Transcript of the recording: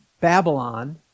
Babylon